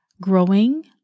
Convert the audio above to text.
growing